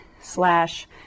slash